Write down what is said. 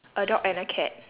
a dog and a cat